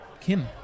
Kim